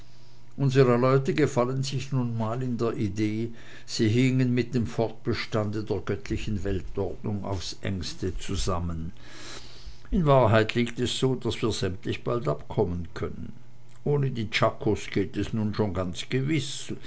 unsre leute gefallen sich nun mal in der idee sie hingen mit dem fortbestande der göttlichen weltordnung aufs engste zusammen in wahrheit liegt es so daß wir sämtlich abkommen können ohne die czakos geht es nun schon gewiß